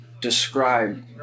describe